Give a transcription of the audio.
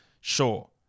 Sure